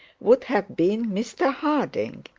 would have been mr harding.